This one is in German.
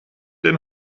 den